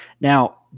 now